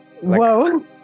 whoa